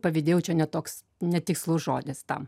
pavydėjau čia ne toks netikslus žodis tam